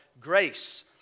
grace